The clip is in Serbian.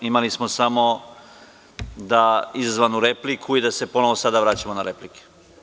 Imali smo samo izazvanu repliku i da se ponovo sada vraćamo na replike.